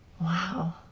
Wow